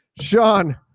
Sean